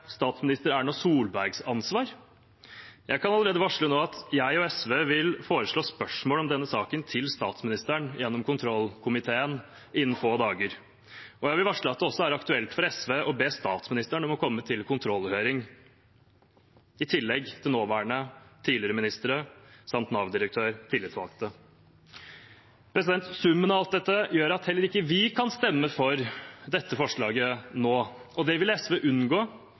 statsminister Erna Solbergs ansvar? Jeg kan varsle allerede nå at jeg og SV vil foreslå å stille spørsmål om denne saken til statsministeren gjennom kontrollkomiteen innen få dager. Jeg vil varsle at det også er aktuelt for SV å be statsministeren om å komme til kontrollhøring, i tillegg til nåværende og tidligere ministre samt Nav-direktør og tillitsvalgte. Summen av alt dette gjør at heller ikke vi kan stemme for dette forslaget nå. Det ville SV unngå.